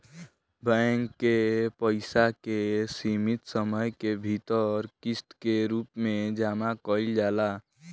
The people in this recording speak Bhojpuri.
बैंक के पइसा के सीमित समय के भीतर किस्त के रूप में जामा कईल जाला